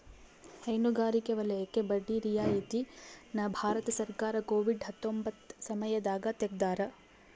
ಹೈನುಗಾರಿಕೆ ವಲಯಕ್ಕೆ ಬಡ್ಡಿ ರಿಯಾಯಿತಿ ನ ಭಾರತ ಸರ್ಕಾರ ಕೋವಿಡ್ ಹತ್ತೊಂಬತ್ತ ಸಮಯದಾಗ ತೆಗ್ದಾರ